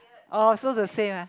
oh so the same ah